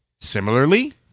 Similarly